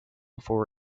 before